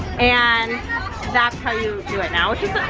and that's how you do it now, it